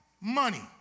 money